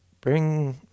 bring